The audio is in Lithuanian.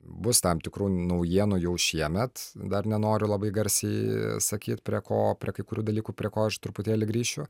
bus tam tikrų naujienų jau šiemet dar nenoriu labai garsiai sakyt prie ko prie kai kurių dalykų prie ko aš truputėlį grįšiu